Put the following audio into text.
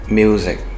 music